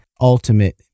ultimate